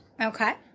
Okay